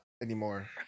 anymore